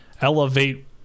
elevate